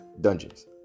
Dungeons